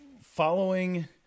following